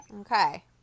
Okay